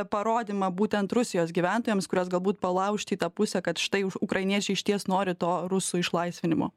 parodymą būtent rusijos gyventojams kuriuos galbūt palaužti į tą pusę kad štai ukrainiečiai išties nori to rusų išlaisvinimo